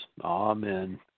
Amen